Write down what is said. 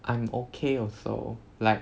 I am okay also like